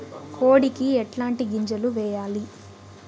కోడికి ఎట్లాంటి గింజలు వేయాలి?